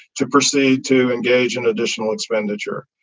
to proceed to engage in additional expenditure.